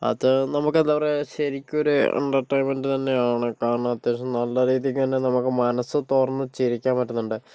അത് നമുക്കെന്താ പറയുക ശരിക്കൊരു എൻറ്റർടെയിൻമെൻറ്റ് തന്നെയാണ് കാരണം അത്യാവശ്യം നല്ല രീതിക്ക് തന്നെ നമുക്ക് മനസ്സ് തുറന്ന് ചിരിക്കാൻ പറ്റുന്നുണ്ട്